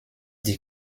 die